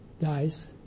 guys